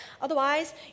otherwise